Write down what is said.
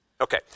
Okay